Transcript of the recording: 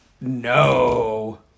No